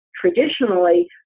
traditionally